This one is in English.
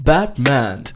Batman